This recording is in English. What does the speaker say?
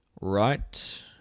Right